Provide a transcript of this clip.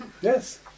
yes